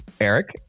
Eric